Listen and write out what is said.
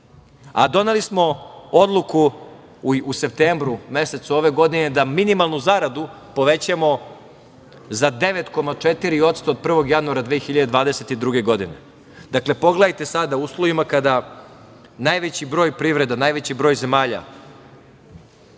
a doneli smo odluku u septembru mesecu ove godine da minimalnu zaradu povećamo za 9,4% 1. januara 2022. godine. Pogledajte sada u uslovima kada najveći broj privreda zemalja